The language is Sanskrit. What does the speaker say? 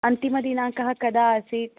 अन्तिमदिनाङ्कः कदा आसीत्